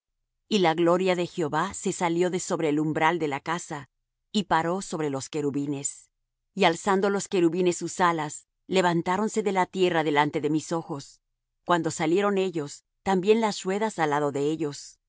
y la gloria de jehová se salió de sobre el umbral de la casa y paró sobre los querubines y alzando los querubines sus alas levantáronse de la tierra delante de mis ojos cuando ellos